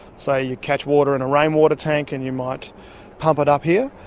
so you catch water in a rainwater tank and you might pump it up here.